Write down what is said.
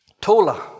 Tola